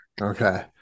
Okay